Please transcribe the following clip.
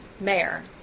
mayor